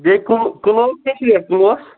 بیٚیہِ کُلوٗ کُلوَس کیٛاہ چھِ ریٹ کُلوَس